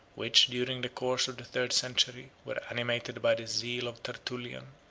which during the course of the third century were animated by the zeal of tertullian,